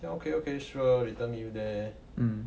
then okay okay sure later meet you there